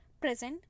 present